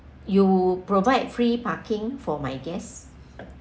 you provide free parking for my guests